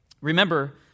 Remember